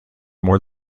more